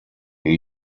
who